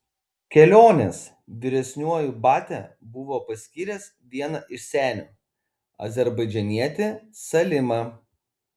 kelionės vyresniuoju batia buvo paskyręs vieną iš senių azerbaidžanietį salimą